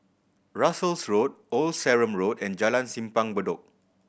Russels Road Old Sarum Road and Jalan Simpang Bedok